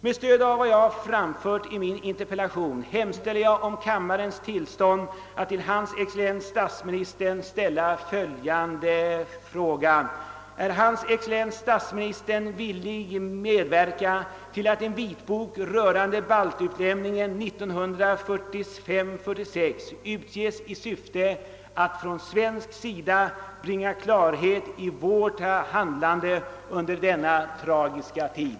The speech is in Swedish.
Med stöd av vad jag framfört i min interpellation hemställer jag om kammarens tillstånd att till hans excellens statsministern ställa följande fråga: Är hans excellens statsministern villig medverka till att en vitbok rörande baltutlämningen 1945—1946 utges i syfte att från svensk sida bringa klarhet i vårt handlande under denna tragiska tid?